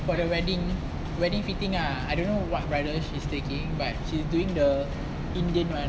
for the wedding wedding fitting ah I don't know what bridal she is taking but she's doing the indian [one]